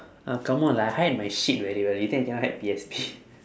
oh come on lah I hide my shit very well you think I cannot hide P_S_P